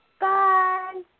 Bye